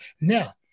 Now